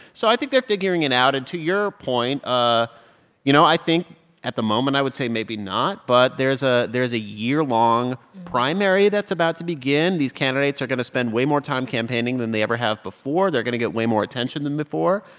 so i think they're figuring it out. and to your point, ah you know, i think at the moment, i would say, maybe not. but there's ah there's a year-long primary that's about to begin. these candidates are going to spend way more time campaigning than they ever have before. they're going to get way more attention than before.